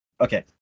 Okay